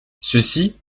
ceci